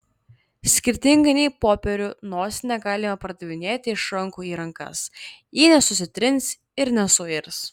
skirtingai nei popierių nosinę galima perdavinėti iš rankų į rankas ji nesusitrins ir nesuirs